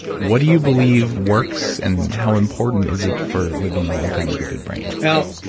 what do you believe works, and how important is it for living a long time with a good brain? well,